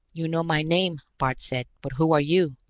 you know my name, bart said, but who are you?